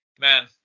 man